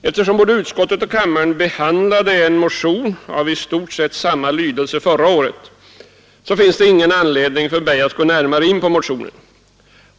Eftersom både utskottet och kammaren behandlade en motion av i stort sett samma lydelse förra året finns det ingen anledning för mig att gå närmare in på den motionen.